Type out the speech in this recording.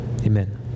amen